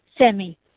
Semi